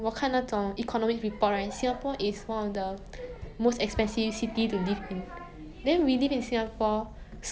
our airport also close nor say close but the tourists rate drop by so much right and that is like our most